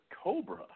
cobra